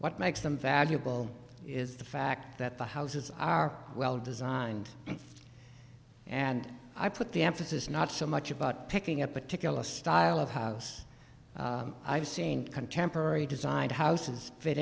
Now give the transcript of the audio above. what makes them valuable is the fact that the houses are well designed and i put the emphasis not so much about picking a particular style of house i've seen contemporary design houses fit